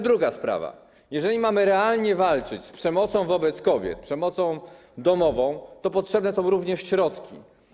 Druga sprawa jest taka, że jeżeli mamy realnie walczyć z przemocą wobec kobiet, z przemocą domową, to potrzebne są również środki.